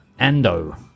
Ando